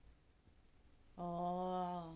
oh